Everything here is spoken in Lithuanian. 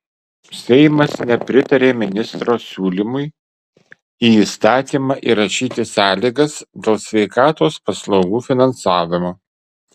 seimas nepritarė ministro siūlymui į įstatymą įrašyti sąlygas dėl sveikatos paslaugų finansavimo